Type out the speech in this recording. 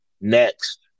Next